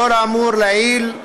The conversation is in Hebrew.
לאור האמור לעיל,